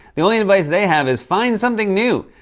the only advice they have is find something new,